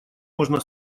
можно